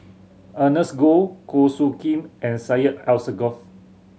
Ernest Goh Goh Soo Khim and Syed Alsagoff